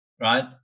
Right